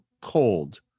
cold